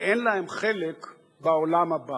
ואין להם חלק בעולם הבא.